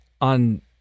on